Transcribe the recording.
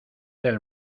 del